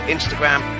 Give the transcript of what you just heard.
Instagram